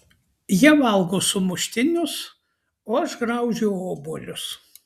jie valgo sumuštinius o aš graužiu obuolius